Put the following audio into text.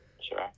sure